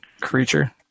creature